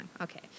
Okay